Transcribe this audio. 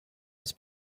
its